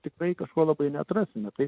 tikrai kažko labai neatrasime tai